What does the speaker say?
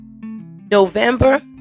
November